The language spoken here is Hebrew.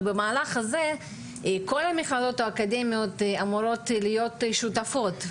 ובמהלך הזה כל המכללות האקדמיות אמורות להיות שותפות,